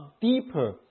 deeper